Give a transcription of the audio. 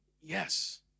yes